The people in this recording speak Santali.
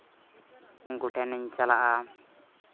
ᱩᱱᱠᱩ ᱴᱷᱮᱱᱤᱧ ᱪᱟᱞᱟᱜᱼᱟ